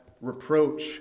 reproach